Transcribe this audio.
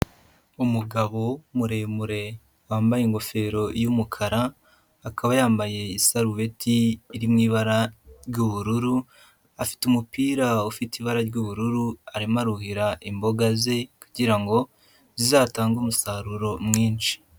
Umugabo muremure wambaye ingofero y'umukara, akaba yambaye isarubeti iri mu ibara ry'ubururu, afite umupira ufite ibara ry'ubururu, arimo aruhira imboga ze kugira ngo zizatange umusaruro mwinshi.